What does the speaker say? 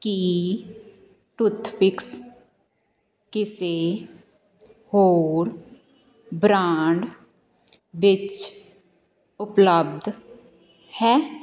ਕੀ toothpicks ਕਿਸੇ ਹੋਰ brand ਵਿੱਚ ਉਪਲੱਬਧ ਹੈ